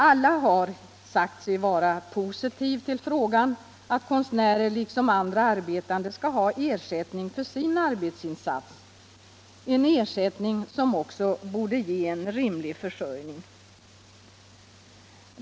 Alla har sagt sig vara positiva till frågan att konstnärer liksom andra arbetande skall ha ersättning för sin arbetsinsats och att den ersättningen också bör ge en rimlig försörjning.